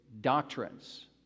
doctrines